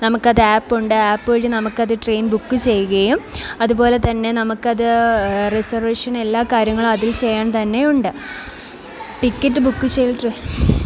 നമ്മൾക്ക് അത് ആപ്പുണ്ട് ആപ്പ് വഴി നമ്മൾക്ക് അത് ട്രെയിന് ബുക്ക് ചെയ്യുകയും അതുപോലെ തന്നെ നമ്മൾക്ക് അത് റിസര്വേഷനും എല്ലാ കാര്യങ്ങളും അതില് ചെയ്യാന് തന്നെയുണ്ട് ടിക്കറ്റ് ബുക്ക് ചെയ്യല് ട്രെ